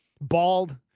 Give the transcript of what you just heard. bald